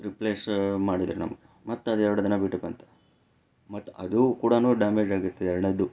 replace ಮಾಡಿದ್ರು ನಮಗೆ ಮತ್ತು ಅದು ಎರಡು ದಿನ ಬಿಟ್ಟು ಬಂತು ಮತ್ತೆ ಅದು ಕೂಡಾ ಡ್ಯಾಮೇಜ್ ಆಗಿತ್ತು ಎರಡನೇದ್ದು